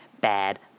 bad